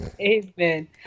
Amen